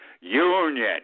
Union